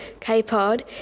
K-Pod